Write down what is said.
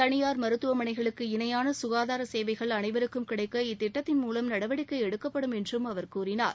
தனியார் மருத்துவமனைகளுக்கு இணையான சுகாதார சேவைகள் அனைவருக்கும் கிடைக்க இத்திட்டத்தின் மூலம் நடவடிக்கை எடுக்கப்படும் என்றும் அவர் கூறினார்